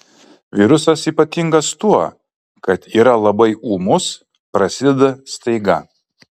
virusas ypatingas tuo kad yra labai ūmus prasideda staiga